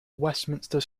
westminster